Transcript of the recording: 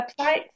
websites